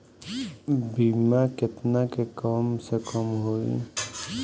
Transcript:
बीमा केतना के कम से कम होई?